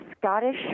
Scottish